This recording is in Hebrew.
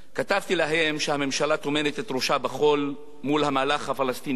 כתבתי להם שהממשלה טומנת את ראשה בחול מול המהלך הפלסטיני באו"ם,